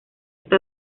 está